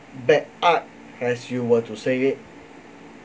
bad art as you were to say it